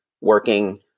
working